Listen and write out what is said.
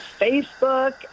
Facebook